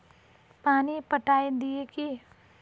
पानी पटाय दिये की?